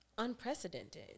Unprecedented